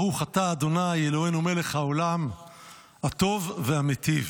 ברוך אתה ה' אלוקינו מלך העולם הטוב והמיטיב.